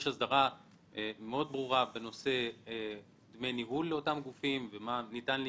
יש הסדרה מאוד ברורה בנושא דמי ניהול לאותם גופים - מה ניתן לגבות,